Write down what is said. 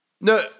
No